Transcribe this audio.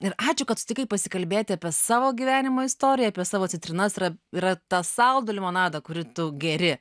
ir ačiū kad sutikai pasikalbėti apie savo gyvenimo istoriją apie savo citrinas yra yra tą saldų limonadą kurį tu geri